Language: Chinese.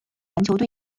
篮球队